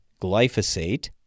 glyphosate